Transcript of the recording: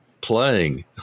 playing